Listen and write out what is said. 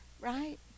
right